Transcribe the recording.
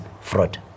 fraud